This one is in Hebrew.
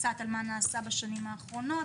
קצת על מה נעשה בשנים האחרונות